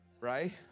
right